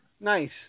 Nice